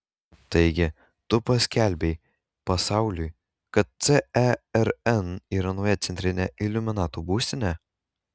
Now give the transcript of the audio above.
taigi tu paskelbei pasauliui kad cern yra nauja centrinė iliuminatų būstinė